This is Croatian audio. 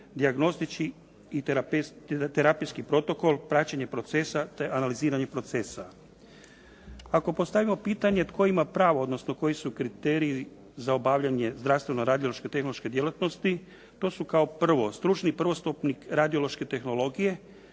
dijagnostički i terapijski protokol, praćenje procesa, te analiziranje procesa. Ako postavimo pitanje tko ima pravo, odnosno koji su kriteriji za obavljanje zdravstveno radiološko tehnološke djelatnosti, to su kao prvo: Stručni prvostupnik radiološke tehnologije,